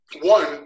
one –